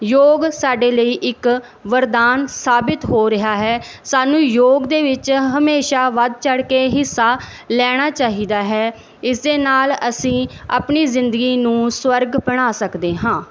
ਯੋਗ ਸਾਡੇ ਲਈ ਇੱਕ ਵਰਦਾਨ ਸਾਬਿਤ ਹੋ ਰਿਹਾ ਹੈ ਸਾਨੂੰ ਯੋਗ ਦੇ ਵਿੱਚ ਹਮੇਸ਼ਾ ਵੱਧ ਚੜ੍ਹ ਕੇ ਹਿੱਸਾ ਲੈਣਾ ਚਾਹੀਦਾ ਹੈ ਇਸ ਦੇ ਨਾਲ ਅਸੀਂ ਆਪਣੀ ਜ਼ਿੰਦਗੀ ਨੂੰ ਸਵਰਗ ਬਣਾ ਸਕਦੇ ਹਾਂ